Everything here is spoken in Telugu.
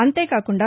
అంతేకాకుండా